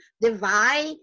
divide